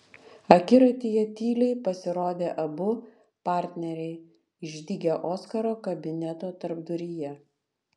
akiratyje tyliai pasirodė abu partneriai išdygę oskaro kabineto tarpduryje